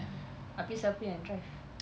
abeh siapa yang drive